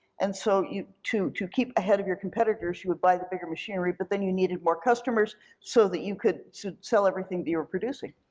and so to to keep ahead of your competitors, you would buy the bigger machinery, but then you needed more customers so that you could so sell everything that you're producing.